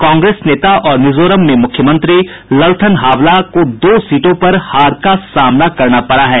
कांग्रेस नेता और मिजोरम में मुख्यमंत्री ललथन हावला को दो सीटों पर हार का सामना करना पड़ा है